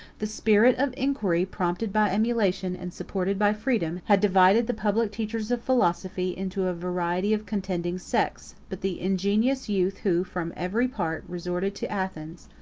the spirit of inquiry, prompted by emulation, and supported by freedom, had divided the public teachers of philosophy into a variety of contending sects but the ingenious youth, who, from every part, resorted to athens,